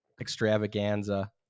extravaganza